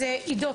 סעיף.